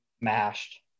mashed